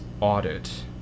audit